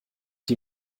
die